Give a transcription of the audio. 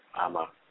AMA